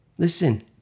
Listen